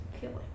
feeling